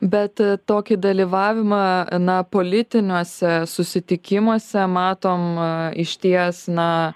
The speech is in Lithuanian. bet tokį dalyvavimą na politiniuose susitikimuose matom a išties na